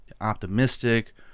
optimistic